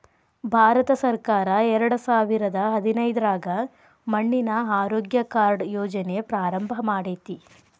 ಭಾರತಸರ್ಕಾರ ಎರಡಸಾವಿರದ ಹದಿನೈದ್ರಾಗ ಮಣ್ಣಿನ ಆರೋಗ್ಯ ಕಾರ್ಡ್ ಯೋಜನೆ ಪ್ರಾರಂಭ ಮಾಡೇತಿ